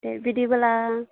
दे बिदिब्ला